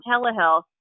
telehealth